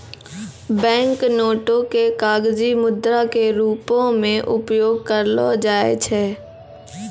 bank नोटो के कागजी मुद्रा के रूपो मे उपयोग करलो जाय छै